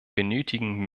benötigen